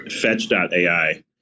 Fetch.ai